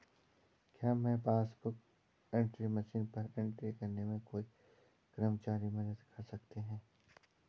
क्या बैंक में passbook book entry machine पर एंट्री करने में कोई कर्मचारी मदद कर सकते हैं?